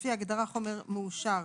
לפי ההגדרה "חומר מאושר"